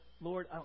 Lord